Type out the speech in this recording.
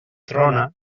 trona